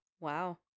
Wow